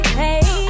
hey